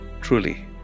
Truly